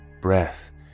breath